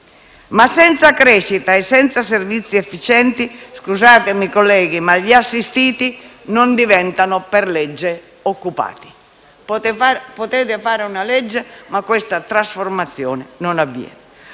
Ma senza crescita e senza servizi efficienti - scusatemi, colleghi - gli assistiti non diventano per legge occupati. Potete fare una legge, ma questa trasformazione non avviene.